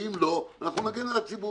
ואם לא, אנחנו נגן על הציבור.